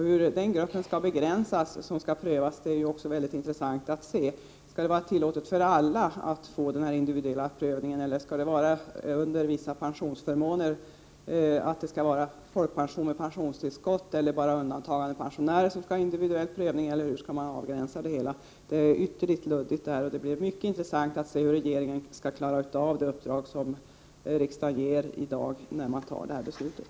Hur den gruppen skall begränsas skall bli mycket intressant att se: Skall det vara tillåtet för alla att få en individuell prövning, eller skall det gälla för dem som har vissa pensionsförmåner? Är det de som har folkpension med pensionstillskott eller är det bara undantagandepensionärer som skall få individuell prövning? Eller hur skall man avgränsa den gruppen? Det är ytterligt luddigt. Det skall bli mycket intressant att se hur regeringen skall klara av det uppdrag som riksdagen i dag ger den i och med det här beslutet.